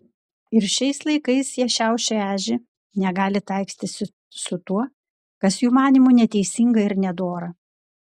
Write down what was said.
ir šiais laikais jie šiaušia ežį negali taikstytis su tuo kas jų manymu neteisinga ir nedora